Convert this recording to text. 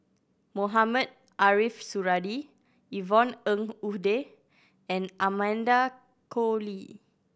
Mohamed Ariff Suradi Yvonne Ng Uhde and Amanda Koe Lee